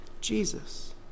Jesus